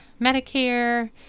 Medicare